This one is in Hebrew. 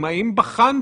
להבנתי,